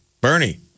Bernie